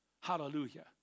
Hallelujah